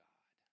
God